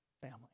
family